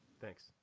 Thanks